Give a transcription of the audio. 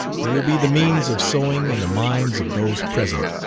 they will be the means of sowing in the minds of those present,